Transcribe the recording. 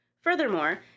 Furthermore